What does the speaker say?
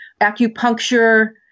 acupuncture